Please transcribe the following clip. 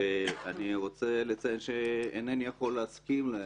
ואני רוצה לציין שאינני יכול להסכים להם,